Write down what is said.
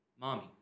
Mommy